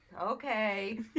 Okay